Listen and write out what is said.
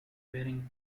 wearing